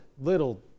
little